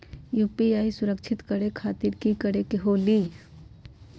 UPI सुरक्षित करे खातिर कि करे के होलि?